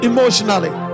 Emotionally